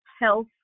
health